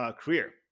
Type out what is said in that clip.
career